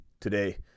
today